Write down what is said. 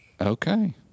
Okay